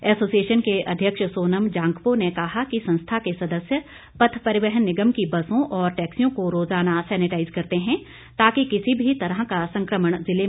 association के अध्यक्ष सोनम जांगपो ने कहा कि संस्था के सदस्य पथ परिवहन निगम की बसों और टैक्सियों को रोज़ाना सैनेटाईज करते हैं ताकि किसी भी तरह का संकमण जिले में न पहुंच सके